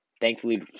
thankfully